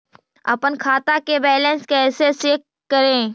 अपन खाता के बैलेंस कैसे चेक करे?